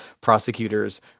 prosecutors